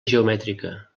geomètrica